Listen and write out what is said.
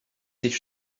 sich